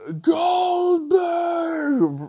Goldberg